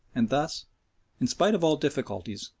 and thus in spite of all difficulties,